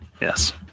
Yes